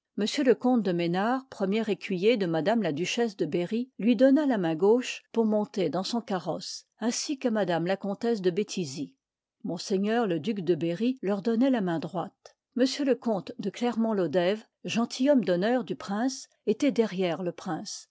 m le comte de mesnard premier écuyer de m la duchesse de berry lui donna la main gauche pour monter dans son carrosse ainsi qu'à m la comtesse de béthizy m le duc de berry leur donnoit la main droite m le comte de clermontlodève gentilhomme d'honneur du prince étoit derrière le prince